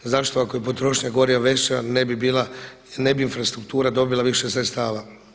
Zašto ako je potrošnja goriva veća ne bi bila i ne bi infrastruktura dobila više sredstava.